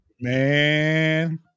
Man